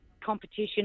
competition